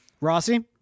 Rossi